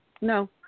No